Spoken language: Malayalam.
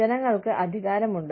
ജനങ്ങൾക്ക് അധികാരമുണ്ട്